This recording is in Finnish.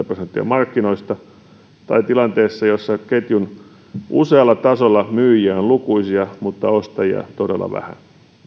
prosenttia markkinoista tai tilanteessa jossa ketjun usealla tasolla myyjiä on lukuisia mutta ostajia todella vähän